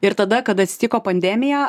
ir tada kad atsitiko pandemija